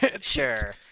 Sure